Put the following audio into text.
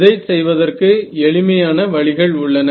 இதை செய்வதற்கு எளிமையான வழிகள் உள்ளன